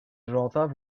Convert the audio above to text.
roddaf